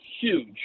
huge